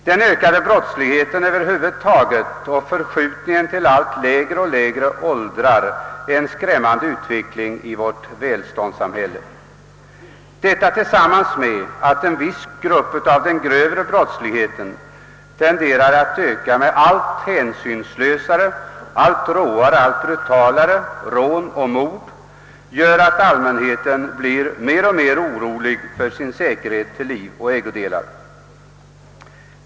Den ökade brottsligheten över huvud taget och förskjutningen till allt lägre och lägre åldrar är en skrämmande utveckling i vårt välståndssamhälle. Detta tillsammans med att en viss grupp av den grövre brottsligheten tenderar att öka med allt hänsynslösare, allt råare, allt brutalare rån och mord gör att allmänheten blir mer och mer orolig för sin säkerhet till liv och ägodelar.